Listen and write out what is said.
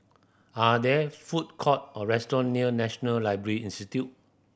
are there food court or restaurant near National Library Institute